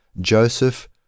Joseph